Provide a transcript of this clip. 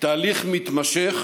תהליך מתמשך,